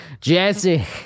Jesse